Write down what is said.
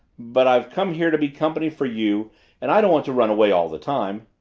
but i've come here to be company for you and i don't want to run away all the time.